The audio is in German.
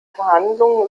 verhandlungen